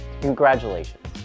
Congratulations